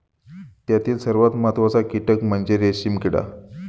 त्यातील सर्वात महत्त्वाचा कीटक म्हणजे रेशीम किडा